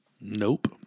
nope